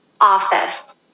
office